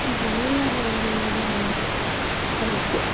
ഇപ്പോൾ എല്ലാവരുടെ കയ്യിലും ഉള്ളൊരു സാധനമാണ് ഐഫോൺ